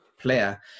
player